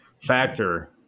factor